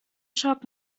schock